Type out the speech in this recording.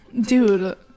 Dude